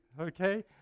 okay